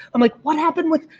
i'm like what happened with?